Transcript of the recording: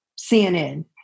CNN